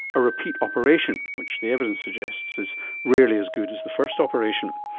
a repeat operation, which the evidence suggests is rarely as good as the first operation.